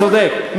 צודק.